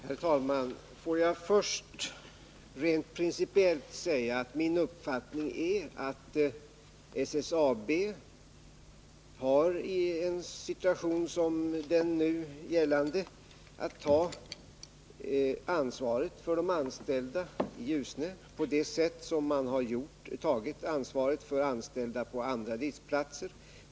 Herr talman! Får jag först rent principiellt säga att min uppfattning är att SSAB hari en situation som den nu rådande att ta ansvaret för de anställda i Ljusne på samma sätt som man har tagit ansvaret för anställda på andra riskplatser.